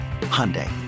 Hyundai